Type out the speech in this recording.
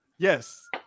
Yes